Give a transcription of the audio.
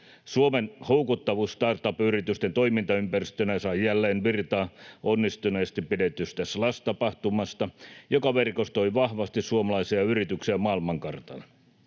Suomen houkuttavuus start-up-yritysten toimintaympäristönä sai jälleen virtaa onnistuneesti pidetystä Slush-tapahtumasta, joka verkostoi vahvasti suomalaisia yrityksiä maailmankartalle.